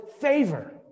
favor